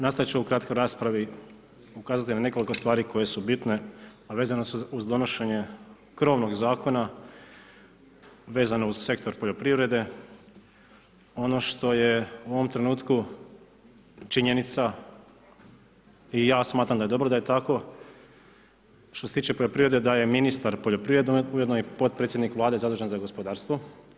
Nastojati ću u ovoj kratkoj raspravi, ukazati na nekoliko stvari koje su bitne, a vezane su uz donošenje krovnog zakona, vezano uz sektor poljoprivrede, ono što je u ovom trenutku činjenica i ja smatram da je dobro da je tako, što se tiče poljoprivrede, da je ministar poljoprivrede, ujedno i potpredsjednik Vlade zadužen za gospodarstvo.